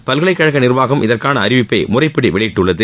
பல்கலைக்கழக நிர்வாகம் இதற்கான அறிவிப்பை முறைப்படி வெளியிட்டுள்ளது